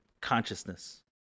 consciousness